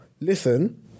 listen